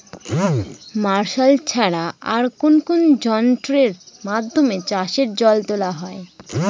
Martial ছাড়া আর কোন কোন যন্ত্রেরর মাধ্যমে চাষের জল তোলা হয়?